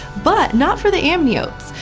but not for the amniotes.